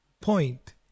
point